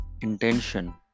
intention